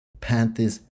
Panthers